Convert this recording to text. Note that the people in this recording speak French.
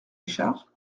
richard